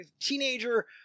teenager